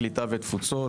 הקליטה והתפוצות.